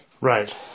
right